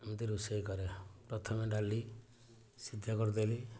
ଏମିତି ରୋଷେଇ କରେ ପ୍ରଥମେ ଡାଲି ସିଝା କରିଦେବି